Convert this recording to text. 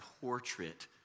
portrait